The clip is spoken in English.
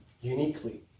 uniquely